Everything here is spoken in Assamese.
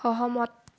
সহমত